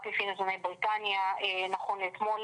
רק לפי נתוני בריטניה נכון לאתמול,